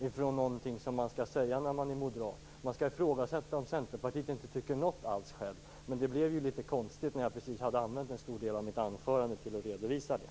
Det var någonting man skall säga om man är moderat. Man skall ifrågasätta om Centerpartiet tycker något självt. Men det blev ju litet konstigt när jag precis hade använt en stor del av mitt anförande till att redovisa det.